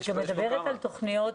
הם עובדים בתוך המרחבים